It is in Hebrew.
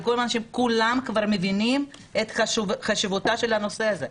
כולם כבר מבינים את חשיבותו של הנושא הזה.